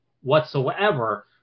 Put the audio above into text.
whatsoever